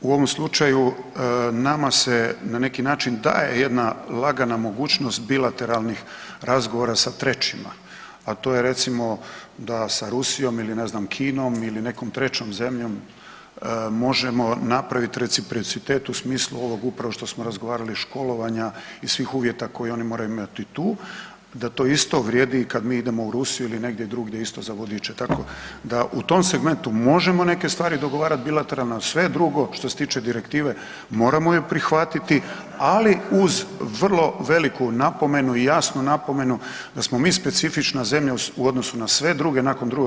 U ovom slučaju nama se na neki način daje jedna lagana mogućnost bilateralnih razgovora sa trećima, a to je recimo da sa Rusijom ili ne znam Kinom ili nekom trećom zemljom možemo napravit reprocitet u smislu ovog upravo što smo razgovarali školovanja i svih uvjeta koje oni moraju imati tu da to isto vrijedi i kad mi idemo u Rusiju ili negdje drugdje isto za vodiča, tako da u tom segmentu možemo neke stvari dogovarat bilateralno, a sve drugo što se tiče direktive moramo ju prihvatiti, ali uz vrlo veliku napomenu i jasnu napomenu da smo mi specifična zemlja u odnosu na sve druge nakon II.